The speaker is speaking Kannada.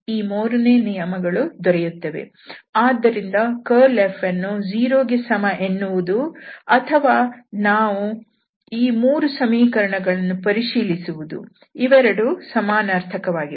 ಆದ್ದರಿಂದ ಕರ್ಲ್ F ಅನ್ನು 0 ಗೆ ಸಮ ಎನ್ನುವುದೂ ಅಥವಾ ನಾವು ಈ 3 ಸಮೀಕರಣಗಳನ್ನು ಪರಿಶೀಲಿಸುವುದೂ ಇವೆರಡೂ ಸಮಾನಾರ್ಥಕವಾಗಿವೆ